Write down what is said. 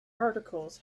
articles